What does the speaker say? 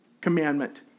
commandment